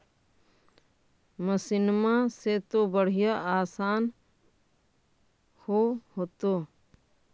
मसिनमा से तो बढ़िया आसन हो होतो?